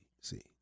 see